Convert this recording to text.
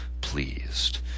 pleased